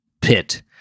pit